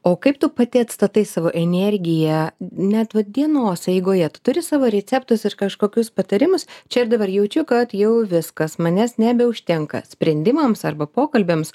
o kaip tu pati atstatai savo energiją net vat dienos eigoje tu turi savo riceptus ir kažkokius patarimus čia ir dabar jaučiu kad jau viskas manęs nebeužtenka sprendimams arba pokalbiams